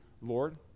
Lord